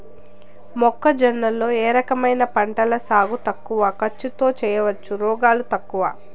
మొక్కజొన్న లో ఏ రకమైన పంటల సాగు తక్కువ ఖర్చుతో చేయచ్చు, రోగాలు తక్కువ?